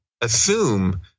assume